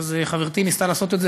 חברתי ניסתה לעשות את זה,